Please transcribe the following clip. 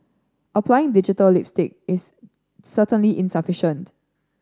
applying digital lipstick is certainly insufficient